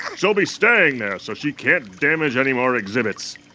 she'll be staying there, so she can't damage any more exhibits.